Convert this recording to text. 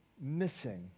missing